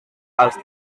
als